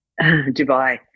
Dubai